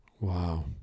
Wow